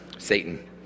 Satan